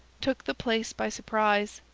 took the place by surprise,